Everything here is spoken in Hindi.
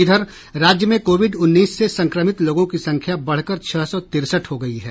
इधर राज्य में कोविड उन्नीस से संक्रमित लोगों की संख्या बढ़कर छह सौ तिरसठ हो गई है